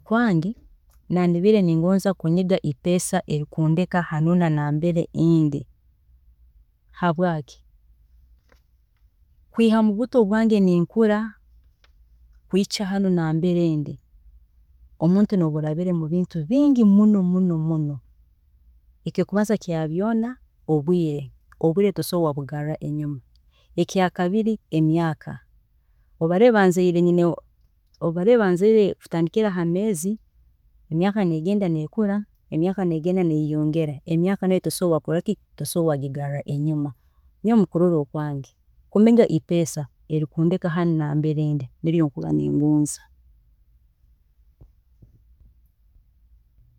Hati nakubiire ningonzaa kunyiga ipeesa erikunteeka hanuuna nambere ndi, habwaaki, kwiiha mubuto bwange ninkura kuhikya nahanu nambere ndi, omuntu nooba orabire mubintu bingi muno, muno muno, ekyokubanza kya byoona obwiire, obwiire tosobora kubugarrayo, ekyakabiri emyaaka, obu barabe banzeire nyina, obu barabe banzaire kutandikira hamweezi, emyaaka negenda neyeyongera, emyaaka negenda nekura, emyaaka nayo tosobola kugigarra enyuma nyowe mukurola okwange, kumiiga ipeesa erikunteeka hanu nambere ndi nikyo nakubiire ningonza